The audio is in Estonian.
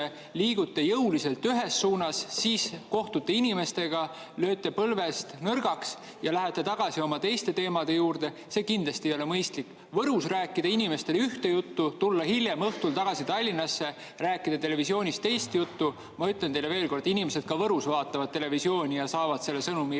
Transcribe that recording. liigute jõuliselt ühes suunas, siis kohtute inimestega, lööte põlvest nõrgaks ja lähete tagasi oma teiste teemade juurde. Kindlasti ei ole mõistlik Võrus rääkida inimestele ühte juttu, tulla hiljem õhtul tagasi Tallinnasse ja rääkida televisioonis teist juttu. Ma ütlen teile veel kord: inimesed vaatavad ka Võrus televisiooni ja saavad selle sõnumi varem